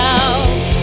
out